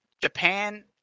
Japan